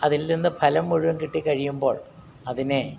അതിൽ നിന്ന് ഫലം മുഴുവൻ കിട്ടിക്കഴിയുമ്പോൾ അതിനെ